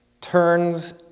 turns